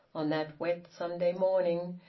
on that wet sunday morning,